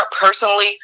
personally